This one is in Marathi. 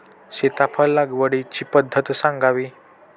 सीताफळ लागवडीची पद्धत सांगावी?